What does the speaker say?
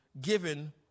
given